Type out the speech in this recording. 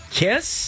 kiss